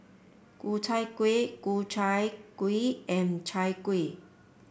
Ku Chai Kuih Ku Chai Kuih and Chai Kuih